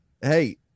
hey